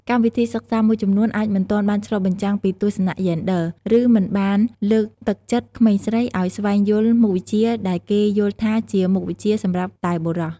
កម្មវិធីសិក្សាមួយចំនួនអាចមិនទាន់បានឆ្លុះបញ្ចាំងពីទស្សនៈយេនឌ័រ ឬមិនបានលើកទឹកចិត្តក្មេងស្រីឱ្យស្វែងយល់មុខវិជ្ជាដែលគេយល់ថាជាមុខវិជ្ជាសម្រាប់តែបុរស។